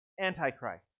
Antichrist